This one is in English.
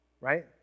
Right